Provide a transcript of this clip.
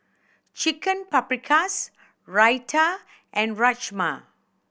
Chicken Paprikas Raita and Rajma